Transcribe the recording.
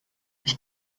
ich